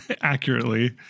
accurately